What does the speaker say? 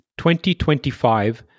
2025